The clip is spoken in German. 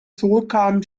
zurückkam